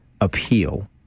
appeal